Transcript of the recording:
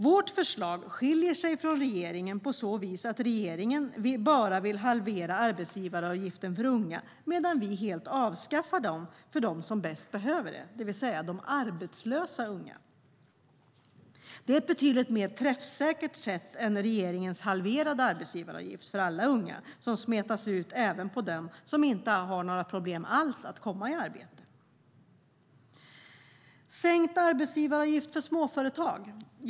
Vårt förslag skiljer sig från regeringens på så vis att regeringen bara vill halvera arbetsgivaravgiften för unga medan vi helt vill avskaffa den för dem som bäst behöver det, det vill säga de arbetslösa unga. Det är ett betydligt mer träffsäkert system än regeringens halverade arbetsgivaravgift för alla unga som smetas ut även på dem som inte har några problem alls att komma i arbete. Jag ska säga några ord om sänkt arbetsgivaravgift för småföretag.